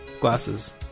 Glasses